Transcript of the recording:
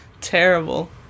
Terrible